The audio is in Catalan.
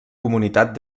comunitat